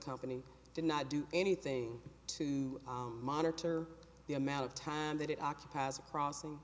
company did not do anything to monitor the amount of time that it occupies a crossing